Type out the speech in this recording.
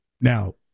Now